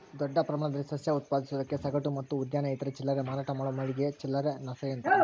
ದೊಡ್ಡ ಪ್ರಮಾಣದಲ್ಲಿ ಸಸ್ಯ ಉತ್ಪಾದಿಸೋದಕ್ಕೆ ಸಗಟು ಮತ್ತು ಉದ್ಯಾನ ಇತರೆ ಚಿಲ್ಲರೆ ಮಾರಾಟ ಮಾಡೋ ಮಳಿಗೆ ಚಿಲ್ಲರೆ ನರ್ಸರಿ ಅಂತಾರ